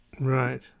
Right